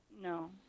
No